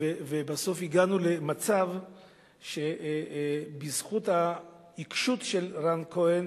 ובסוף הגענו למצב שבזכות העיקשות של רן כהן,